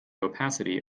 opacity